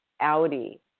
Audi